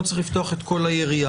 לא צריך לפתוח את כל היריעה.